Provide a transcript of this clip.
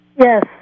Yes